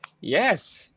yes